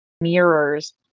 mirrors